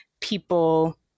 people